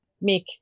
make